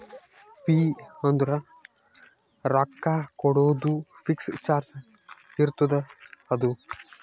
fee ಅಂದುರ್ ರೊಕ್ಕಾ ಕೊಡೋದು ಫಿಕ್ಸ್ ಚಾರ್ಜ್ ಇರ್ತುದ್ ಅದು